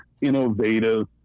innovative